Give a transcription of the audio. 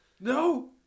No